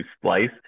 splice